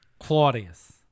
Claudius